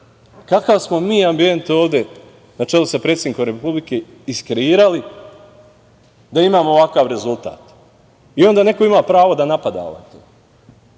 kakav smo mi ambijent ovde, na čelu sa predsednikom Republike, iskreirali da imamo ovakav rezultat. I onda neko ima pravo da napada. Pa, to